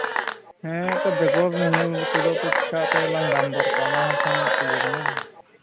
ᱦᱮᱸ ᱮᱱᱛᱮᱫ ᱵᱮᱜᱚᱨ ᱧᱮᱞ ᱛᱮᱫᱚ ᱪᱤᱠᱟ ᱛᱮᱞᱟᱝ ᱫᱟᱢ ᱫᱚᱨ ᱠᱚᱣᱟ ᱚᱱᱟ ᱦᱚᱸ ᱢᱤᱫᱴᱟᱱ ᱤᱭᱟᱹ ᱠᱟᱱᱟ